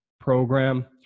program